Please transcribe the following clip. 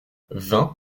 vingt